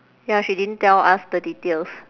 ya she didn't tell us the details